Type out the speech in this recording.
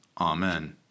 Amen